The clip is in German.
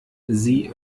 sie